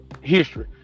history